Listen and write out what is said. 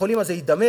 בית-החולים הזה ידמם,